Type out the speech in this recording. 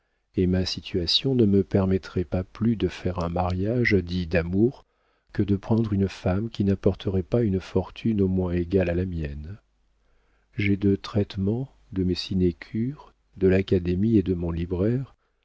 et ma situation ne me permettrait pas plus de faire un mariage dit d'amour que de prendre une femme qui n'apporterait pas une fortune au moins égale à la mienne j'ai de traitement de mes sinécures de l'académie et de mon libraire